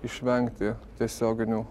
išvengti tiesioginių